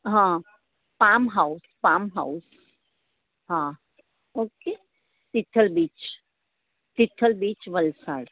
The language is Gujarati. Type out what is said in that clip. હા પામ હાઉસ પામ હાઉસ હા okay Tithal beach Tithal beach Valsad